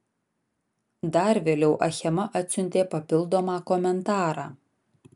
dar vėliau achema atsiuntė papildomą komentarą